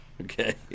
Okay